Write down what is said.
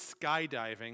skydiving